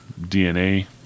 DNA